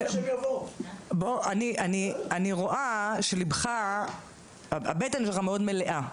--- אני רואה שהבטן שלך מאוד מלאה.